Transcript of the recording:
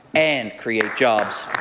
and create jobs.